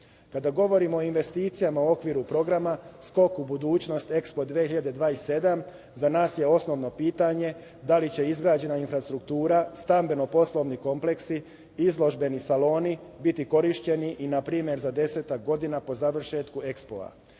voda. Kada govorimo o investicijama u okviru programa, Skok u budućnost, EKSPO 2027, za nas je osnovno pitanje da li će izgrađena infrastruktura, stambeno-poslovni kompleksi, izložbeni saloni, biti korišćeni i na primer za desetak godina po završetku